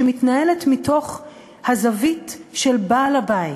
שמתנהלת מתוך הזווית של בעל הבית.